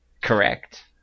Correct